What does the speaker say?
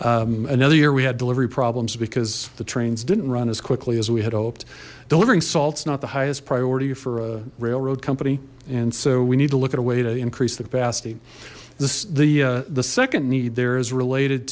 another year we had delivery problems because the trains didn't run as quickly as we had hoped delivering salts not the highest priority for a railroad company and so we need to look at a way to increase the capacity this the the sec need there is related